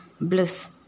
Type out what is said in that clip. bliss